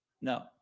No